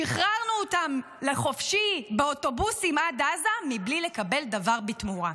שחררנו אותם לחופשי באוטובוסים עד עזה מבלי לקבל דבר בתמורה.